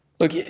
Look